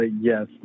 yes